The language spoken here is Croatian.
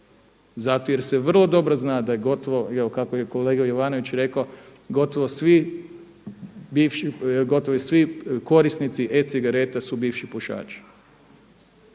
Zato jer se vrlo dobro zna da je gotovo jer kako je kolega Jovanović rekao, gotovo svi bivši, gotovo svi korisnici e-cigareta su bivši pušači.